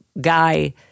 guy